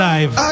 Live